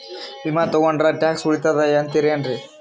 ವಿಮಾ ತೊಗೊಂಡ್ರ ಟ್ಯಾಕ್ಸ ಉಳಿತದ ಅಂತಿರೇನು?